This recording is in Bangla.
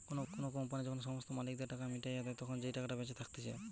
কোনো কোম্পানি যখন সমস্ত মালিকদের টাকা মিটাইয়া দেই, তখন যেই টাকাটা বেঁচে থাকতিছে